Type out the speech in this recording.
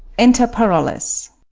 enter parolles